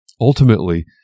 Ultimately